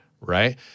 right